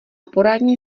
poradní